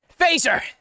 Phaser